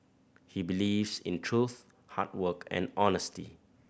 he believes in truth hard work and honesty